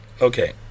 Okay